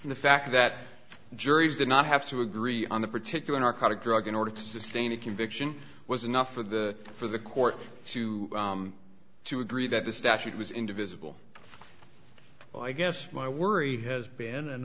the fact that juries did not have to agree on the particular narcotic drug in order to sustain a conviction was enough for the for the court to agree that the statute was indivisible but i guess my worry has been and